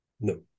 No